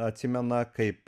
atsimena kaip